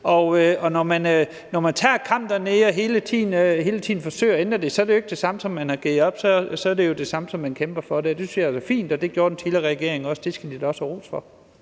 sag. Når man tager kampen dernede og hele tiden forsøger at ændre det, er det jo ikke det samme som, at man har givet op, så er det det samme som, at man kæmper for det, og det synes jeg da er fint, og det gjorde den tidligere regering også, og det skal de også have ros